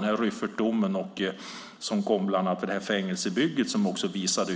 Det handlar bland annat om Rüffertdomen och ett fängelsebygge. Det visar